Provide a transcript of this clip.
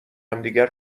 همدیگر